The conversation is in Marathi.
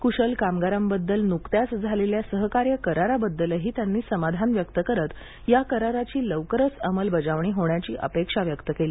कुशल कामगारांबद्दल नुकत्याच झालेल्या सहकाय कारारबद्दलही त्यानी समाधान व्यक्त करत या कराराची लवकरच अमलबजावणी होण्याची अपेक्षा व्यक्त केली